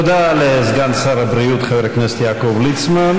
תודה לסגן שר הבריאות חבר הכנסת יעקב ליצמן.